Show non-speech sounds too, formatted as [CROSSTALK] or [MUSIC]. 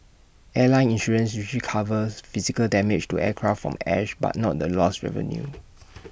airline insurance usually covers physical damage to aircraft from ash but not the lost revenue [NOISE]